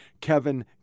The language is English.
Kevin